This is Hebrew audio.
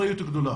יש אחריות גדולה,